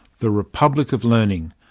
the republic of learning,